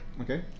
Okay